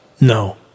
No